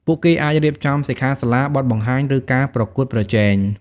ពួកគេអាចរៀបចំសិក្ខាសាលា បទបង្ហាញ ឬការប្រកួតប្រជែង។